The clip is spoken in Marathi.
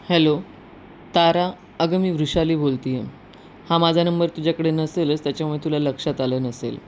हॅलो तारा अगं मी वृषाली बोलते आहे हा माझा नंबर तुझ्याकडे नसेलच त्याच्यामुळे तुला लक्षात आलं नसेल